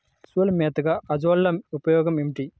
పశువుల మేతగా అజొల్ల ఉపయోగాలు ఏమిటి?